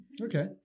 Okay